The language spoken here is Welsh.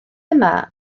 yma